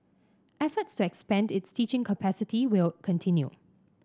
efforts to expand its teaching capacity will continue